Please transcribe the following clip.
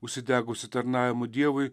užsidegusi tarnavimu dievui